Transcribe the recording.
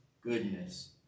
goodness